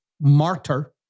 martyr